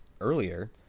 earlier